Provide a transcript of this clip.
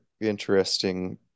interesting